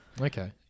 Okay